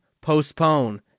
postpone